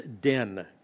den